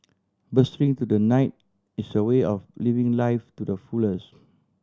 bursting through the night is a way of living life to the fullest